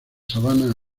sabanas